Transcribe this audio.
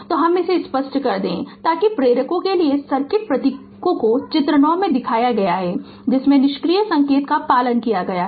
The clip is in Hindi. तो हम इसे स्पष्ट कर दे ताकि प्रेरकों के लिए सर्किट प्रतीकों को चित्र 9 में दिखाया गया है जिसमें निष्क्रिय संकेत का पालन किया गया है